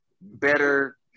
better